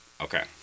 Okay